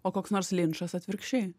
o koks nors linčas atvirkščiai